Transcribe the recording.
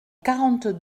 quarante